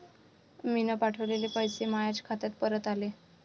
मीन पावठवलेले पैसे मायाच खात्यात परत आले